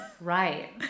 right